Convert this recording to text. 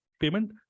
payment